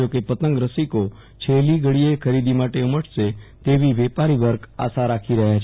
જો કે પતંગ રસિકો છેલ્લી ઘડીએ ખરીદી માટે ઉમટશે તેવી વેપારીવર્ગ આશા રાખી રહ્યા છે